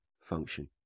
function